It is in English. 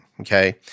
okay